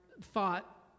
thought